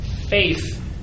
faith